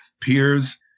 peers